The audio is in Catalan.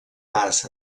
pas